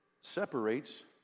separates